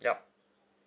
ya